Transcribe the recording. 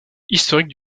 historique